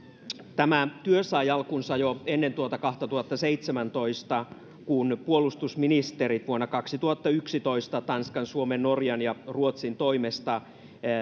tämä työ sai alkunsa jo ennen tuota vuotta kaksituhattaseitsemäntoista kun puolustusministerit vuonna kaksituhattayksitoista tanskan suomen norjan ja ruotsin toimesta